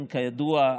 כידוע,